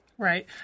Right